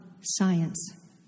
science